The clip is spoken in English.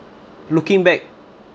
looking back